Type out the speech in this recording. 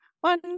one